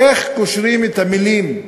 איך קושרים את המילים,